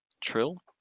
trill